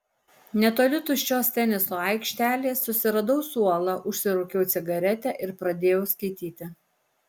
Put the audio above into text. netoli tuščios teniso aikštelės susiradau suolą užsirūkiau cigaretę ir pradėjau skaityti